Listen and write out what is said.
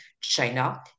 China